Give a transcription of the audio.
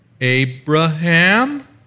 Abraham